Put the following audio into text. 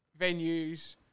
venues